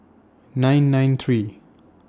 nine nine three